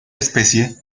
especie